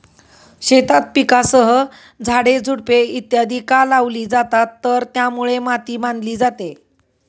शेतात पिकांसह झाडे, झुडपे इत्यादि का लावली जातात तर त्यामुळे माती बांधली जाते